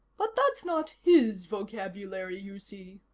but that's not his vocabulary, you see.